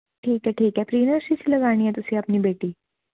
ਠੀਕ ਹੈ ਠੀਕ ਹੈ ਪ੍ਰੀ ਨਰਸਰੀ 'ਚ ਲਗਾਉਣੀ ਹੈ ਤੁਸੀਂ ਆਪਣੀ ਬੇਟੀ